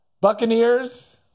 Buccaneers